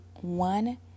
one